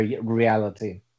reality